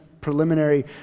preliminary